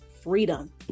freedom